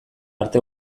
arte